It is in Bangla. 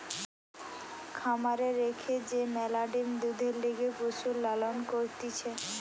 খামারে রেখে যে ম্যালা ডিম্, দুধের লিগে পশুর লালন করতিছে